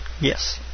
Yes